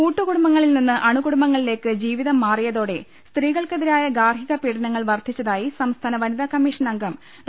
കൂട്ടുകൂടുംബങ്ങളിൽനിന്ന് അണുകുടുംബങ്ങളിലേയ്ക്ക് ജീവിതം മാറിയതോടെ സ്ത്രീകൾക്കെതിരായ ഗാർഹിക പീഡന ങ്ങൾ വർധിച്ചതായി സംസ്ഥാന വനിതാ കമ്മിഷൻ അംഗം ഡോ